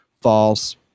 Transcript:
false